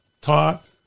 taught